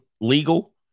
legal